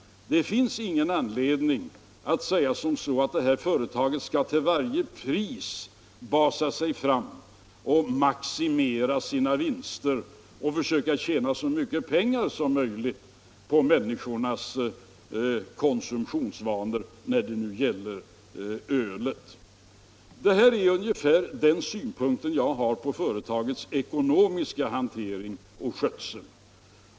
Det finns ingen anledning att säga att det här företaget till varje pris skall maximera sina vinster och försöka tjäna så mycket pengar som möjligt på människornas konsumtionsvanor beträffande ölet. Det här är ungefär de synpunkter jag har på företagets ekonomiska hantering och skötsel.